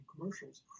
commercials